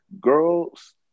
girls